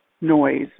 noise